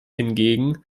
hingegen